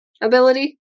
ability